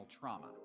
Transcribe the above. trauma